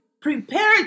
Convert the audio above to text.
prepare